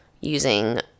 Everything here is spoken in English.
using